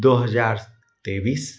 दो हजार तेईस